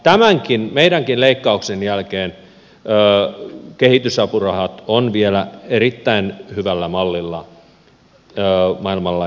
ja tämän meidän leikkauksemme jälkeenkin kehitysapurahat ovat vielä erittäin hyvällä mallilla maailmanlaajuisesti katsottuna